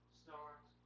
stars